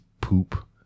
poop